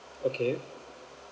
okay